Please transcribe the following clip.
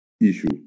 issue